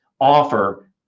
offer